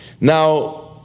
Now